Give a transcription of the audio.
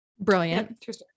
brilliant